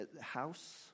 house